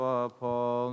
Paul